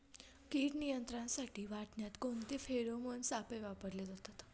कीड नियंत्रणासाठी वाटाण्यात कोणते फेरोमोन सापळे वापरले जातात?